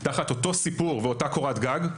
את אותו סיפור ותחת אותה קורת גג,